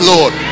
Lord